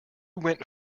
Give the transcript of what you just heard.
went